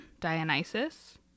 Dionysus